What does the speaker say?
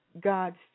God's